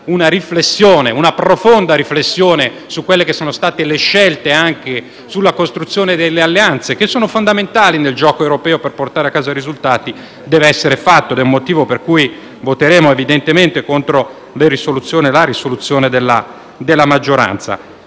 di vista, una profonda riflessione sulle scelte che avete fatto rispetto alla costruzione delle alleanze - che sono fondamentali nel gioco europeo per portare a casa i risultati - deve essere fatta, ed è il motivo per cui voteremo evidentemente contro la risoluzione della maggioranza.